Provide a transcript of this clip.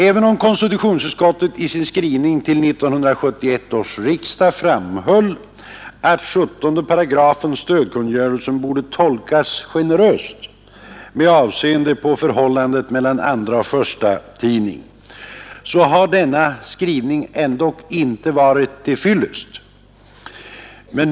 Även om konstitutionsutskottet i sin skrivning till 1971 års riksdag framhöll att 17 § i stödkungörelsen borde tolkas generöst med avseende på förhållandet mellan andraoch förstatidning, så har denna skrivning inte varit till fyllest.